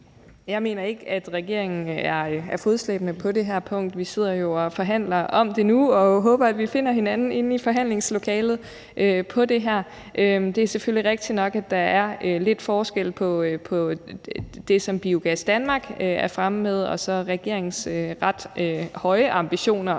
Jeg mener ikke, at regeringen er fodslæbende på det her punkt. Vi sidder jo og forhandler om det nu, og vi håber, at vi finder hinanden inde i forhandlingslokalet vedrørende det her. Det er selvfølgelig rigtigt nok, at der er lidt forskel på det, som Biogas Danmark er fremme med, og så regeringens ret høje ambitioner